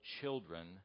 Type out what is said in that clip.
children